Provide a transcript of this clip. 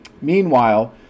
meanwhile